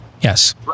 Yes